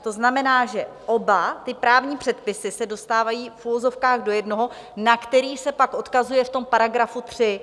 To znamená, že oba ty právní předpisy se dostávají v uvozovkách do jednoho, na který se pak odkazuje v tom § 3.